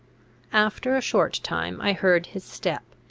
after a short time i heard his step,